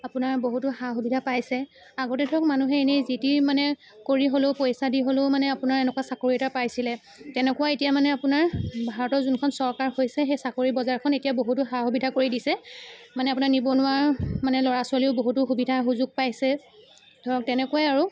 আপোনাৰ বহুতো সা সুবিধা পাইছে আগতে ধৰক মানুহে এনেই যি টি মানে কৰি হ'লেও পইচা দি হ'লেও মানে আপোনাৰ এনেকুৱা চাকৰি এটা পাইছিলে তেনেকুৱা এতিয়া মানে আপোনাৰ ভাৰতৰ যোনখন চৰকাৰ হৈছে সেই চাকৰি বজাৰখন এতিয়া বহুতো সা সুবিধা কৰি দিছে মানে আপোনাৰ নিবনুৱা মানে ল'ৰা ছোৱালীও বহুতো সুবিধা সুযোগ পাইছে ধৰক তেনেকুৱাই আৰু